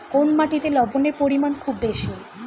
কোন মাটিতে লবণের পরিমাণ খুব বেশি?